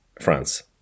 France